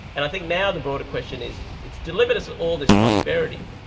and i think now the broader question is, it's delivered so all this prosperity,